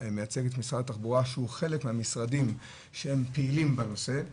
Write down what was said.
מייצג את משרד התחבורה שהוא חלק מהמשרדים שפעילים בנושא,